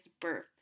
birth